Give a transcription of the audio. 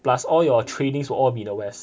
plus all your trainings will all be in the west